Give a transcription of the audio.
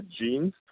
genes